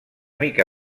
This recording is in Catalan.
mica